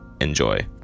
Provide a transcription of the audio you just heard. Enjoy